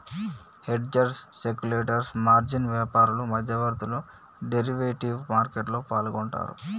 hedgers, speculators, margin వ్యాపారులు, మధ్యవర్తులు derivative మార్కెట్లో పాల్గొంటరు